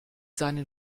seinen